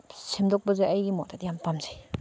ꯁꯦꯝꯗꯣꯛꯄꯁꯦ ꯑꯩꯒꯤ ꯃꯣꯠꯇꯗꯤ ꯌꯥꯝ ꯄꯥꯝꯖꯩ